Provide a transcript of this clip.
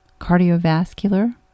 cardiovascular